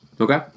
Okay